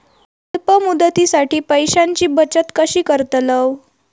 अल्प मुदतीसाठी पैशांची बचत कशी करतलव?